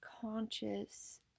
conscious